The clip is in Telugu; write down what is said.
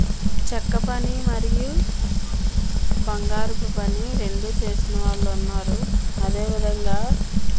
చెక్కపని మరియు బంగారపు పని రెండు చేసిన వాళ్ళు ఉన్నారు అదేవిధంగా